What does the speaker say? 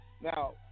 Now